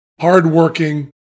hardworking